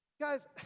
Guys